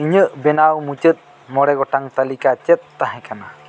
ᱤᱧᱟᱹᱜ ᱵᱮᱱᱟᱣ ᱢᱩᱪᱟᱹᱫ ᱢᱚᱬᱮ ᱜᱚᱴᱟᱝ ᱛᱟᱹᱞᱤᱠᱟ ᱪᱮᱫ ᱛᱟᱦᱮᱸ ᱠᱟᱱᱟ